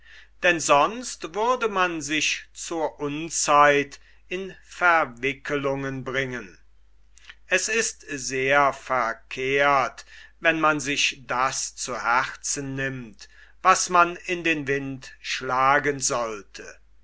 denn sonst würde man sich zur unzeit in verwickelungen bringen es ist sehr verkehrt wenn man sich das zu herzen nimmt was man in den wind schlagen sollte